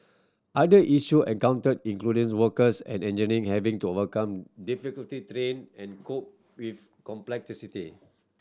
other issue encountered includes workers and engineer having to overcome difficult terrain and cope with complexity